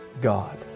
God